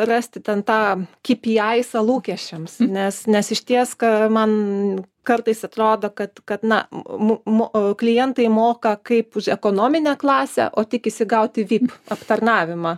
rasti ten tą kipėaisą lūkesčiams nes nes išties ka man kartais atrodo kad kad na mu mu o klientai moka kaip už ekonominę klasę o tikisi gauti vip aptarnavimą